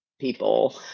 people